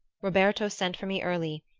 roberto sent for me early,